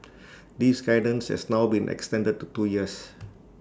this guidance has now been extended to two years